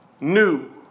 new